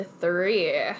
three